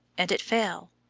and it fell,